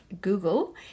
Google